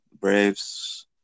Braves